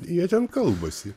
jie ten kalbasi